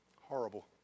horrible